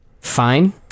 fine